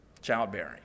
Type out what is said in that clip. Childbearing